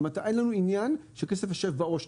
אין לנו עניין שהכסף יישב בעו"ש.